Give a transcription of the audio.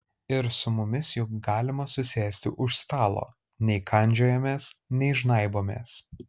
ir su mumis juk galima susėsti už stalo nei kandžiojamės nei žnaibomės